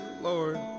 Lord